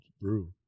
brew